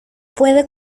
puede